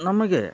ನಮಗೆ